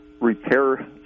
repair